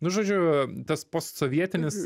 nu žodžiu tas postsovietinis